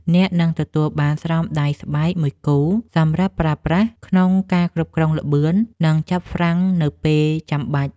អ្នកនឹងទទួលបានស្រោមដៃស្បែកមួយគូសម្រាប់ប្រើប្រាស់ក្នុងការគ្រប់គ្រងល្បឿន និងចាប់ហ្វ្រាំងនៅពេលចាំបាច់។